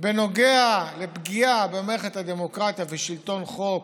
בנוגע לפגיעה במערכת הדמוקרטיה ושלטון החוק,